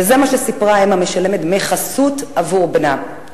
וזה מה שסיפרה אם המשלמת דמי חסות עבור בנה: